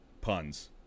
puns